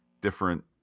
different